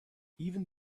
even